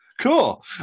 Cool